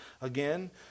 again